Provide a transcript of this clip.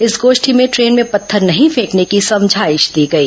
इस गोष्ठी में ट्रेन में पत्थर नहीं फेंकने की समझाइश दी गई